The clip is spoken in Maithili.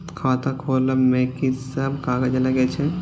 खाता खोलब में की सब कागज लगे छै?